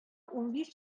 унбиш